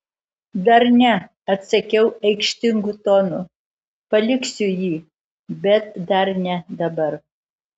dar ne atsakiau aikštingu tonu paliksiu jį bet dar ne dabar